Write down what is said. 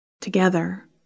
together